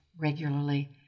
regularly